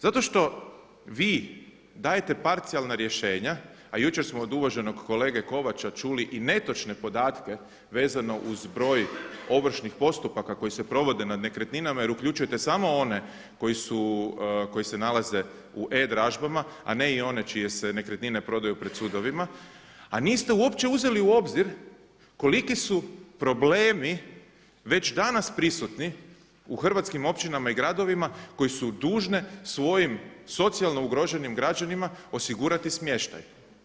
Zato što vi dajete parcijalna rješenja, a jučer smo od uvaženog kolege Kovača čuli i netočne podatke vezano uz broj ovršnih postupaka koji se provode nad nekretninama jer uključujete samo one koji se nalaze u e-dražbama, a ne i one čije se nekretnine prodaju pred sudovima, a niste uopće uzeli u obzir koliki su problemi već danas prisutni u hrvatskim općinama i gradovima koji su dužne svojim socijalno ugroženim građanima osigurati smještaj.